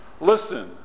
Listen